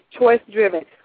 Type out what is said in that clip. choice-driven